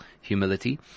Humility